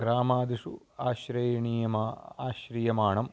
ग्रामादिषु आश्रयमाणम् आश्रियमाणम्